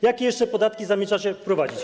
Jakie jeszcze podatki zamierzacie wprowadzić?